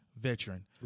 veteran